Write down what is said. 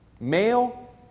Male